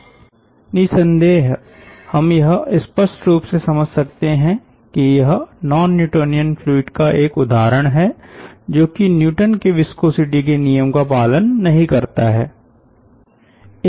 निस्सन्देह हम यह स्पष्ट रूप से समझ सकते हैं कि यह नॉन न्यूटोनियन फ्लूइड का एक उदाहरण है जो कि न्यूटन के विस्कोसिटी के नियम का पालन नहीं करता है